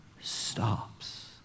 stops